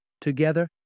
Together